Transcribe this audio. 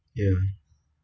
ya